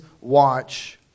watch